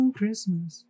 Christmas